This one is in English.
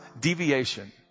deviation